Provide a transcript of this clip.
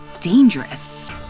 dangerous